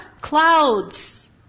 Clouds